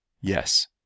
Yes